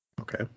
Okay